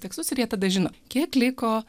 tekstus ir jie tada žino kiek liko